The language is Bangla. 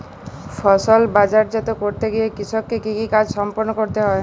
ফসল বাজারজাত করতে গিয়ে কৃষককে কি কি কাজ সম্পাদন করতে হয়?